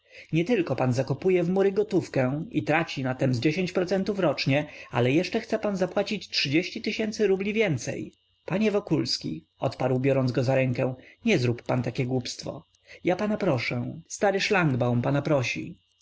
interes nietylko pan zakopuje w mury gotówkę i traci na tem z dziesięć procentów rocznie ale jeszcze chce pan zapłacić rubli więcej panie wokulski dodał biorąc go za rękę nie zrób pan takie głupstwo ja pana proszę stary szlangbaum pana prosi